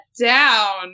down